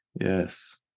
yes